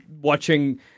watching